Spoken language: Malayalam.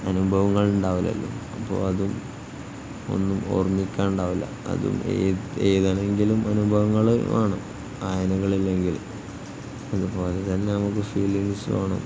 അനുഭവങ്ങളുണ്ടാവില്ലല്ലോ അപ്പോള് അവനൊന്നും ഓർമിക്കാനുണ്ടാവില്ല അതും എഴുതണമെങ്കിലും അനുഭവങ്ങള് വേണം വായനയില്ലെങ്കിലും അതുപോലെ തന്നെ നമുക്ക് ഫീലിങ്സ് വേണം